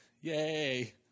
Yay